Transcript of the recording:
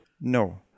no